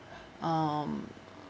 um